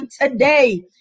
today